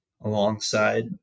alongside